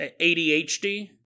ADHD